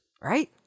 right